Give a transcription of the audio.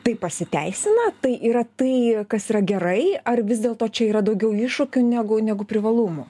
tai pasiteisina tai yra tai kas yra gerai ar vis dėlto čia yra daugiau iššūkių negu negu privalumų